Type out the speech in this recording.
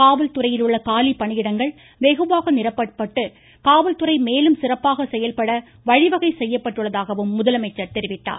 காவல்துறையிலுள்ள காலிப்பணியிடங்கள் வெகுவாக நிரப்பப்பட்டு காவல்துறை மேலும் சிறப்பாக செயல்பட வழிவகை செய்யப்பட்டுள்ளதாகவும் முதலமைச்சர் தெரிவித்தார்